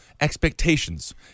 expectations